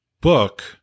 book